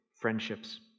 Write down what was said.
friendships